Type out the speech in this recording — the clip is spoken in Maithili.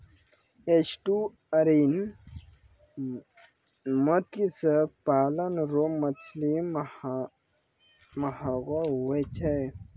एस्टुअरिन मत्स्य पालन रो मछली महगो हुवै छै